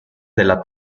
della